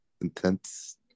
intense